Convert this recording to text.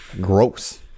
Gross